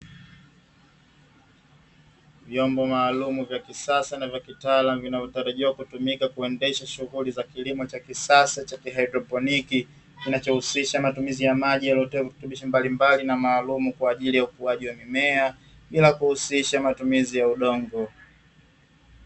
Vyombo maalumu vya kisasa na vya kitaalamu vinavyotarajiwa kutumika kuendesha shughuli za kilimo cha kisasa cha haidroponiki, kinachohusisha matumizi ya maji yaliyo mbali na maalumu, kwa ajili ya ukuaji wa mimea bila kuhusisha matumizi ya udongo.